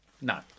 No